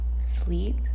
sleep